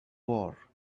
war